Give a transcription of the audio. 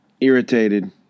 Irritated